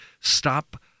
stop